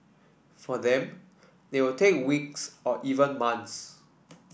for them they will take weeks or even months